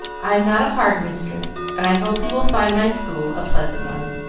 i am not a hard mistress, and i hope you will find my school a pleasant one.